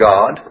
God